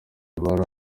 ibara